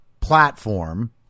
platform